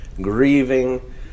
grieving